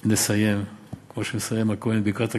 לסיים כמו שמסיים הכוהן בברכת הכוהנים,